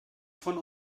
von